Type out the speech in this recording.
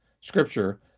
Scripture